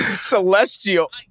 celestial